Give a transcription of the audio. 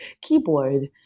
keyboard